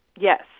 Yes